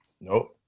Nope